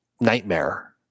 Nightmare